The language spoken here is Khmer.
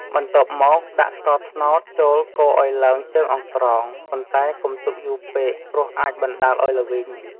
បន្ទាប់មកដាក់ស្ករត្នោតចូលកូរឱ្យឡើងជើងអង្រ្កង ប៉ុន្តែកុំទុកយូរពេកព្រោះអាចបណ្តាលឱ្យល្វីង។